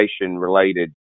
related